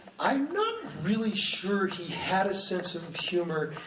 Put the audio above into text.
i'm not really sure he had a sense of of humor,